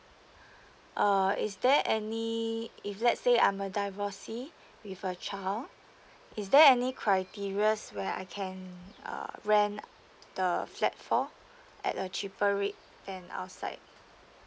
uh is there any if let's say I'm a divorcee with a child is there any criteria where I can uh rent the flat for at a cheaper rate than outside